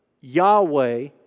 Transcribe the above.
Yahweh